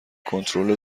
کنترل